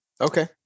Okay